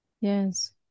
Yes